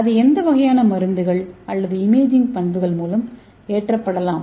இது எந்த வகையான மருந்துகள் அல்லது இமேஜிங் பண்புகள் மூலம் ஏற்றப்படலாம்